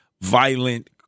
violent